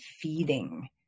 feeding